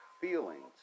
feelings